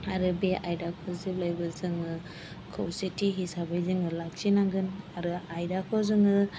आरो बे आयदाखौ जेब्लायबो जोङो खौसेथि हिसाबै जोङो लाखिनांगोन आरो आयदाखौ जोङो